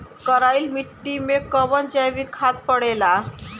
करइल मिट्टी में कवन जैविक खाद पड़ेला?